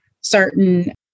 certain